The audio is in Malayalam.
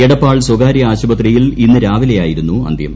എടപ്പാൾ സ്വകാര്യ ആശുപത്രിയിയിൽ ഇന്ന് രാവിലെ യായിരുന്നു അന്ത്യം